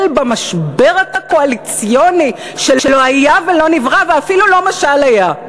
במשבר הקואליציוני" שלא היה ולא נברא ואפילו לא משל היה.